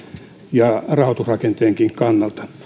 ja rahoitusrakenteenkin kannalta